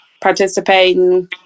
participating